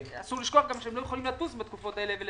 נזכור גם שהם לא יכולים לטוס בתקופות האלה.